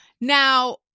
Now